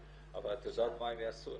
עוד פתרון -- אבל את יודעת מה הם יעשו,